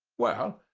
well,